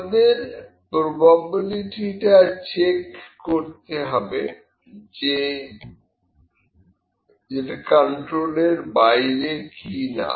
আমাদের প্রবাবিলিটি টা চেক করতে হবে যে যেটা কন্ট্রোলের বাইরে কিনা